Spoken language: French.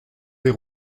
des